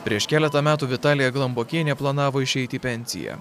prieš keletą metų vitalija glambokienė planavo išeiti į pensiją